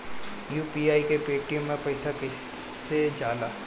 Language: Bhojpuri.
यू.पी.आई से पेटीएम मे पैसा कइसे जाला?